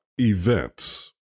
events